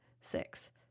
six